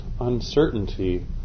uncertainty